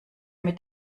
mit